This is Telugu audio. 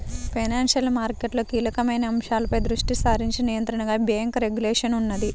ఫైనాన్షియల్ మార్కెట్లలో కీలకమైన అంశాలపై దృష్టి సారించే నియంత్రణగా బ్యేంకు రెగ్యులేషన్ ఉన్నది